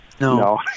No